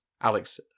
Alex